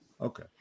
okay